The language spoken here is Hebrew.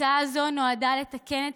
הצעה זו נועדה לתקן את